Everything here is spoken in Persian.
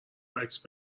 عکس